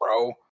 bro